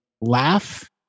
laugh